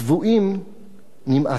צבועים, נמאסתם.